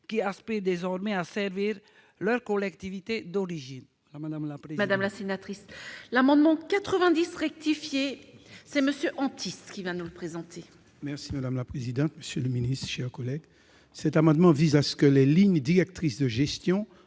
voie, aspirent désormais à servir leur collectivité d'origine.